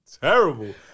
terrible